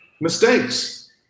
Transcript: mistakes